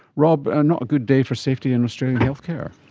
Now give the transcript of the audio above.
rob, not a good day for safety in australian healthcare.